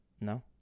No